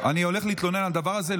אני הולך להתלונן על הדבר הזה.